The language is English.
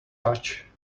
touch